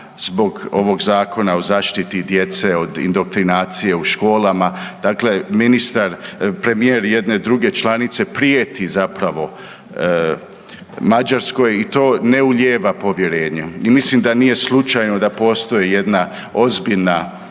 zbog ovog Zakona o zaštiti djece od indoktrinacije u školama. Dakle, premijer jedne druge članice prijeti zapravo Mađarskoj i to ne ulijeva povjerenje. I mislim da nije slučajno da postoji jedna ozbiljna